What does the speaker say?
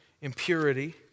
impurity